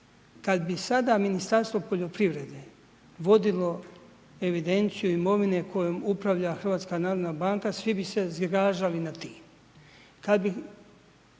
kada bi sada Ministarstvo poljoprivrede vodilo evidenciju imovine, kojom upravlja HNB svi bi se zgražali nad tim.